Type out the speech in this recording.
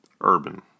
urban